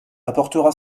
apportera